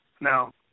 Now